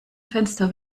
fenster